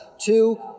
two